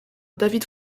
david